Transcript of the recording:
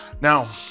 Now